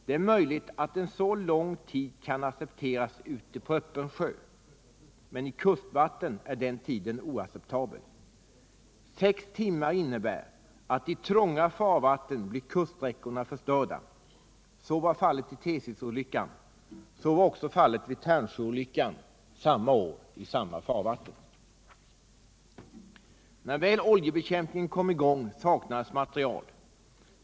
Det är möjligt att en så lång tid kan accepteras ute på öppen sjö, men i kustvatten är den tiden oacceptabel. Sex timmar innebär i trånga farvatten att kuststräckorna blir förstörda. Så var fallet i Tsesisolyckan. Så var också fallet vid Tärnsjöolyckan samma år i samma farvatten. När väl oljebekämpningen kom i gång saknades materiel.